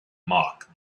mark